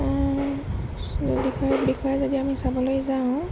বিষয় বিষয়ে যদি আমি চাবলৈ যাওঁ